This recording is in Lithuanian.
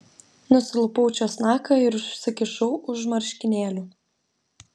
nusilupau česnaką ir užsikišau už marškinėlių